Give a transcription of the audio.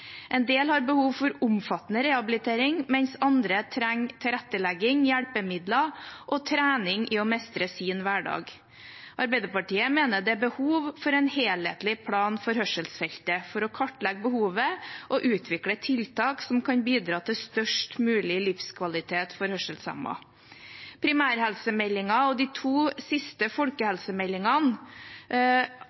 En del har behov for omfattende rehabilitering, mens andre trenger tilrettelegging, hjelpemidler og trening i å mestre sin hverdag. Arbeiderpartiet mener det er behov for en helhetlig plan for hørselsfeltet for å kartlegge behovet og utvikle tiltak som kan bidra til størst mulig livskvalitet for hørselshemmede. Primærhelsemeldingen og de to siste folkehelsemeldingene